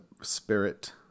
Spirit